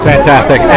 Fantastic